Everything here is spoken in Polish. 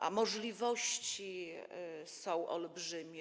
A możliwości są olbrzymie.